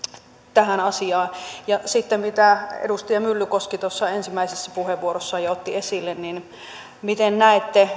tähän asiaan sitten siitä mitä edustaja myllykoski tuossa ensimmäisessä puheenvuorossaan jo otti esille miten näette